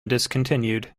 discontinued